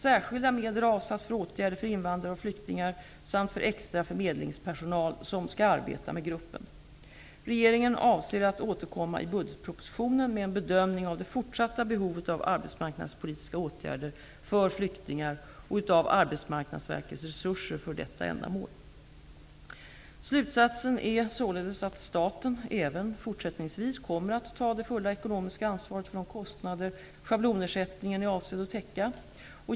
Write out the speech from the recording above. Särskilda medel har avsatts för åtgärder för invandrare och flyktingar samt för extra förmedlingspersonal som skall arbeta med gruppen. Regeringen avser att återkomma i budgetpropositionen med en bedömning av det fortsatta behovet av arbetsmarknadspolitiska åtgärder för flyktingar och av Arbetsmarknadsverkets resurser för detta ändamål. Slutsatsen är således att staten även fortsättningsvis kommer att ta det fulla ekonomiska ansvaret för de kostnader schablonersättningen är avsedd att täcka.